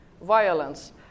violence